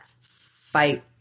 fight